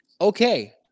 Okay